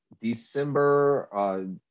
December